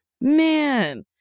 man